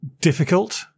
difficult